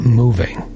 moving